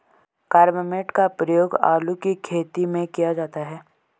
carbamate का प्रयोग आलू के खेत में किया जाता है